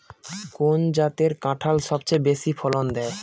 কোন জাতের কাঁঠাল সবচেয়ে বেশি ফলন দেয়?